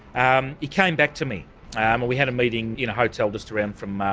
um he came back to me and we had a meeting in a hotel just around from,